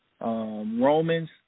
Romans